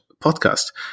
podcast